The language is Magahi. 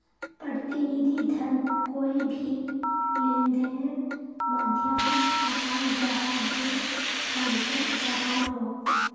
प्रतिनिधि धन कोए भी लेंदेनेर माध्यामोक कहाल जाहा जे कगजोत छापाल हो